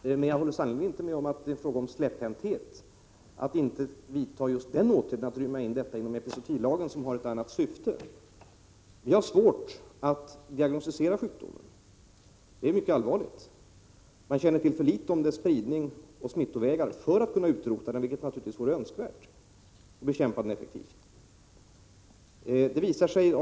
är tillfredsställande. Men jag håller sannerligen inte med om att det är fråga om släpphänthet när vi inte vidtar åtgärden att inrymma denna sjukdom under epizootilagen — en åtgärd som har ett annat syfte än det som Karl-Anders Petersson vill uppnå. Vi har svårt att diagnostisera sjukdomen. Det är mycket allvarligt. Man känner till för litet om dess spridning och om smittvägarna för att kunna bekämpa den effektivt eller helst utrota den — vilket naturligtvis vore önskvärt.